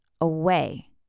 away